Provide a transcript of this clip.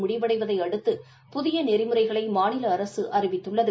முடிவடைவதை அடுத்து புதிய நெறிமுறைகளை மாநில அரசு அறிவித்துள்ளது